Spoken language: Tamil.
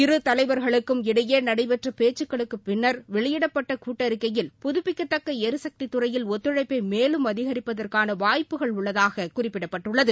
இரு தலைவர்களுக்கும் இடையே நடைபெற்ற பேச்சுகளுக்கு பின்னர் வெளியிடப்பட்ட கூட்டறிக்கையில் புதபிக்கத்தக்க எரிசக்தி துறையில் ஒத்துழைப்ப மேலும் அதிகரிப்பதற்கான வாய்ப்புகள் உள்ளதாக குறிப்பிடப்பட்டுள்ளது